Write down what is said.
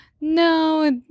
no